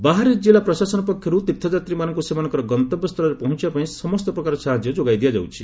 ବାହାରିଚ ଜିଲ୍ଲା ପ୍ରଶାସନ ପକ୍ଷରୁ ତୀର୍ଥଯାତ୍ରୀମାନଙ୍କୁ ସେମାନଙ୍କର ଗନ୍ତବ୍ୟସ୍ଥଳରେ ପହଞ୍ଚିବା ପାଇଁ ସମସ୍ତ ପ୍ରକାର ସାହାଯ୍ୟ ଯୋଗାଇ ଦିଆଯାଉଛି